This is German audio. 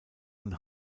und